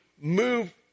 move